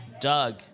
Doug